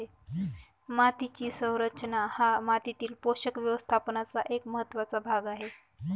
मातीची संरचना हा मातीतील पोषक व्यवस्थापनाचा एक महत्त्वाचा भाग आहे